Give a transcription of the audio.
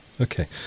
Okay